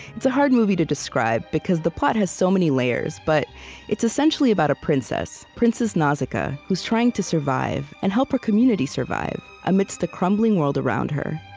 it's a hard movie to describe, because the plot has so many layers. but it's essentially about a princess, princess nausicaa, who is trying to survive and help her community survive amidst the crumbling world around her.